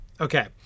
Okay